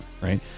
right